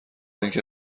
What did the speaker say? اینکه